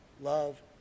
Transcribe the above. Love